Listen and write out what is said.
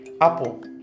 Apple